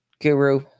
guru